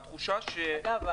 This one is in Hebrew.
התחושה --- אגב,